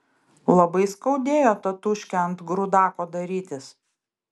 labai skaudėjo tatūškę ant grūdako darytis